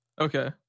Okay